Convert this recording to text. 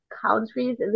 countries